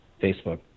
Facebook